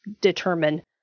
determine